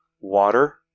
water